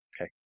Okay